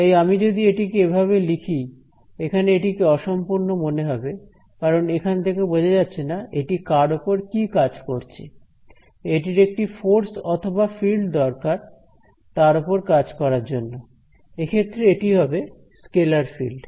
তাই আমি যদি এটিকে এভাবে লিখি এখানে এটিকে অসম্পূর্ণ মনে হবে কারণ এখান থেকে বোঝা যাচ্ছে না এটি কার ওপর কি কাজ করছে এটির একটি ফোর্স অথবা ফিল্ড দরকার তার ওপর কাজ করার জন্য এক্ষেত্রে এটি হবে স্কেলার ফিল্ড